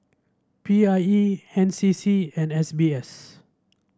P I E N C C and S B S